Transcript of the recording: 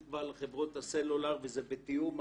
כבר על חברות הסלולר וזה בתאום מלא.